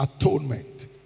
atonement